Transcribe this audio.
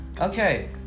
Okay